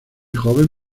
joven